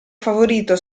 favorito